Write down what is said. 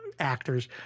actors